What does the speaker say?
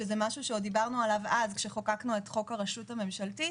שזה משהו שעוד דברנו עליו אז כשחוקקנו את חוק הרשות הממשלתית,